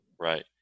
right